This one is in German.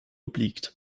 obliegt